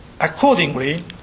accordingly